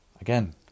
Again